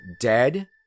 dead